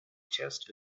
chest